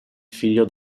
figlio